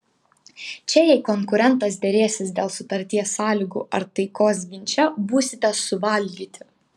čia jei konkurentas derėsis dėl sutarties sąlygų ar taikos ginče būsite suvalgyti